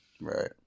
Right